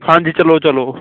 ਹਾਂਜੀ ਚਲੋ ਚਲੋ